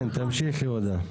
כן, תמשיכי הודא.